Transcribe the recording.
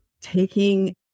taking